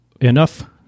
enough